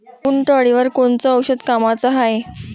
उंटअळीवर कोनचं औषध कामाचं हाये?